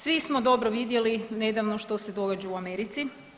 Svi smo dobro vidjeli nedavno što se događa u Americi.